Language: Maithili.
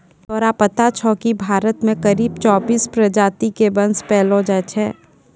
तोरा पता छौं कि भारत मॅ करीब चौबीस प्रजाति के बांस पैलो जाय छै